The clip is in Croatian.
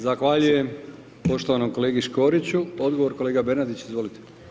Zahvaljujem poštovanom kolegi Škoriću, odgovor kolega Bernardić, izvolite.